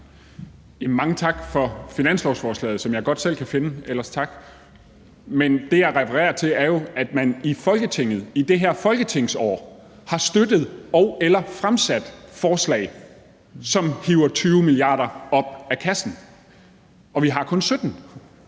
Mange tak for finanslovsforslaget, som jeg godt selv kan finde – ellers tak. Men det, jeg refererer til, er jo, at man i Folketinget i det her folketingsår har støttet og/eller fremsat forslag, hvormed man hiver 20 mia. kr. op af kassen, og vi har kun 17